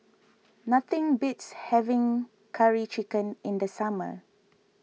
nothing beats having Curry Chicken in the summer